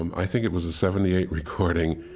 um i think it was a seventy eight recording,